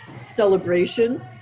celebration